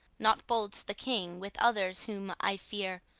not bolds the king, with others whom, i fear,